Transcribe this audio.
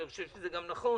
אני חושב שזה גם נכון